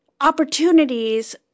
opportunities